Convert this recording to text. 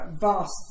vast